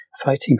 fighting